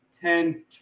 Ten